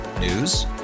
News